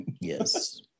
Yes